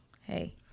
hey